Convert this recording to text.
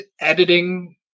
editing